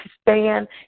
Stand